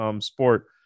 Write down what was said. sport